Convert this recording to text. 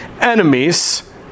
enemies